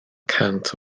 cant